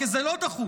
כי זה לא דחוף,